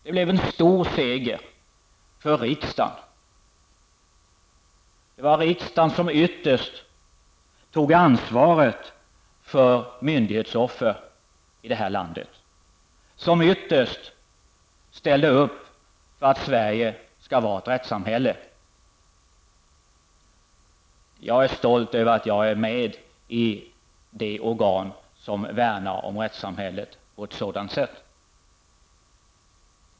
Det blev en stor seger för riksdagen. Det var riksdagen som ytterst tog ansvaret för myndighetsoffer i detta land, som ytterst ställde upp på att Sverige skall vara ett rättssamhälle. Jag är stolt över att jag är med i det organ som värnar om rättssamhället på ett sådant sätt.